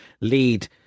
lead